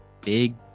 big